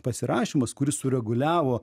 pasirašymas kuris sureguliavo